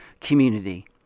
community